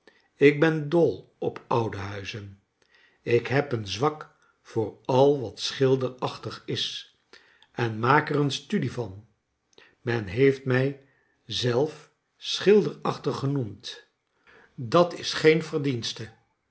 ik ben dol op oude huizen ik heb een zwak voor al wat schilderachtig is en maak er een studie van men heeft mij zelf schilderachtig gencemd bat is geen verdienste